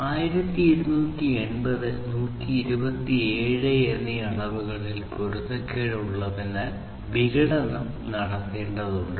1280 127 എന്നീ അളവുകളിൽ പൊരുത്തക്കേട് ഉള്ളതിനാൽ വിഘടനം നടത്തേണ്ടതുണ്ട്